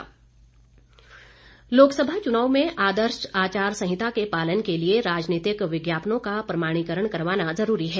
विज्ञापन लोकसभा चुनाव में आदर्श आचार संहिता के पालन के लिए राजनीतिक विज्ञापनों का प्रमाणीकरण करवाना ज़रूरी है